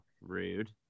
rude